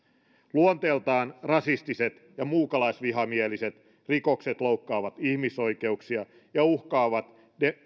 luonteeltaan rasistiset ja muukalaisvihamieliset rikokset loukkaavat ihmisoikeuksia ja uhkaavat